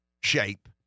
shape